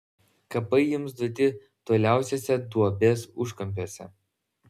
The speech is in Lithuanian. kapai jiems duoti toliausiuose duobės užkampiuose